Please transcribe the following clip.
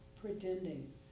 pretending